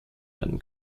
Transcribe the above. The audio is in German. werden